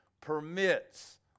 permits